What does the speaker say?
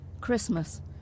Christmas